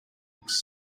looks